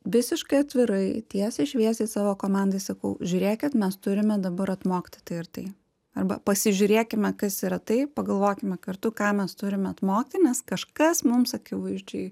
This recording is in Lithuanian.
visiškai atvirai tiesiai šviesiai savo komandai sakau žiūrėkit mes turime dabar atmokti tai ir tai arba pasižiūrėkime kas yra tai pagalvokime kartu ką mes turime atmokti nes kažkas mums akivaizdžiai